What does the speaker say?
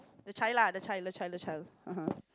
the child lah the child the child the child ha ha